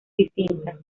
distintas